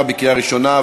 עברה בקריאה ראשונה,